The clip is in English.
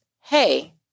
hey